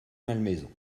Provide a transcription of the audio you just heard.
malmaison